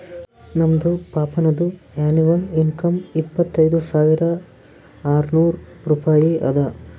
ನಮ್ದು ಪಪ್ಪಾನದು annual income ಇಪ್ಪತೈದ್ ಸಾವಿರಾ ಆರ್ನೂರ್ ರೂಪಾಯಿ ಅದಾ